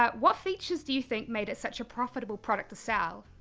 but what features do you think made it such a profitable product to sell?